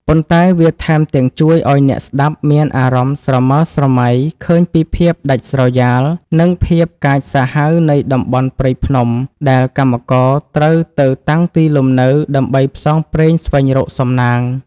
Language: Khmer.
ប៉ុន្តែវាថែមទាំងជួយឱ្យអ្នកស្ដាប់មានអារម្មណ៍ស្រមើស្រមៃឃើញពីភាពដាច់ស្រយាល និងភាពកាចសាហាវនៃតំបន់ព្រៃភ្នំ ដែលកម្មករត្រូវទៅតាំងទីលំនៅដើម្បីផ្សងព្រេងស្វែងរកសំណាង។